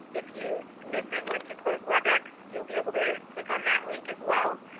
if you miss it once you close webex you'll be able to click on that link as well.